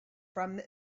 from